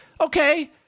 okay